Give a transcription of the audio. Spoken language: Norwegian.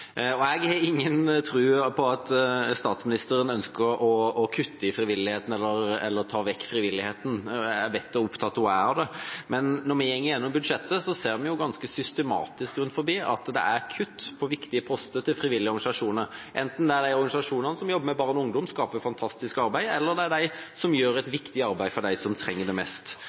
Jeg har ingen tro på at statsministeren ønsker å kutte i eller ta vekk frivilligheten – jeg vet hvor opptatt hun er av den. Men når vi går gjennom budsjettet, ser vi ganske systematisk at det rundt omkring er kutt på viktige poster til frivillige organisasjoner, enten det er organisasjonene som jobber med barn og ungdom og gjør et fantastisk arbeid, eller det er de som gjør et viktig arbeid for dem som trenger det mest.